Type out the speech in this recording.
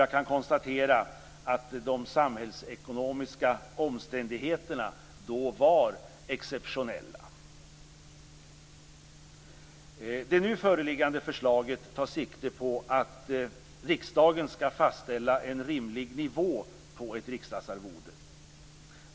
Jag kan konstatera att de samhällsekonomiska omständigheterna då var exceptionella. Det nu föreliggande förslaget tar sikte på att riksdagens skall fastställa en rimlig nivå på ett riksdagsarvode.